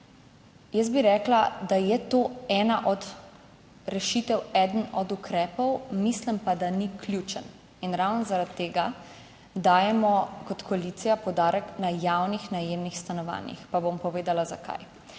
Jaz bi rekla, da je to ena od rešitev, eden od ukrepov mislim pa, da ni ključen in ravno zaradi tega dajemo kot koalicija poudarek na javnih najemnih stanovanjih, pa bom povedala zakaj.